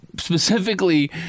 specifically